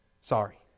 Sorry